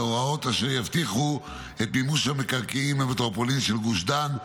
הוראות אשר יבטיחו את מימוש המקרקעין במטרופולין של גוש דן,